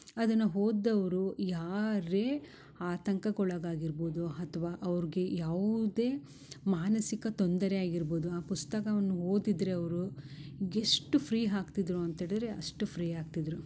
ಅದನ್ನ ಹೋದ್ದವರು ಯಾರೇ ಆತಂಕಕ್ಕೆ ಒಳಗಾಗಿರ್ಬೋದು ಅಥ್ವ ಅವ್ರ್ಗೆ ಯಾವ್ದೇ ಮಾನಸಿಕ ತೊಂದರೆ ಆಗಿರ್ಬೋದು ಆ ಪುಸ್ತಕವನ್ನು ಓದಿದ್ದರೆ ಅವರು ಎಷ್ಟು ಫ್ರಿ ಹಾಕ್ತಿದ್ದರು ಅಂತೇಳಿದರೆ ಅಷ್ಟು ಫ್ರೀ ಹಾಕ್ತಿದ್ದರು